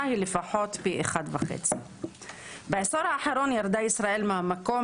היא לפחות פי 1.5. בעשור האחרון ירדה ישראל מהמקום